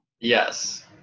Yes